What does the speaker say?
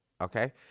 okay